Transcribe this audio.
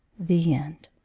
the end